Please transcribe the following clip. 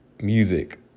music